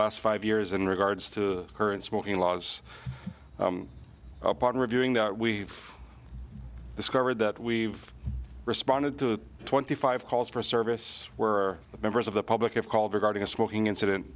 last five years in regards to current smoking laws part of reviewing that we've discovered that we've responded to twenty five calls for service where members of the public have called regarding a smoking incident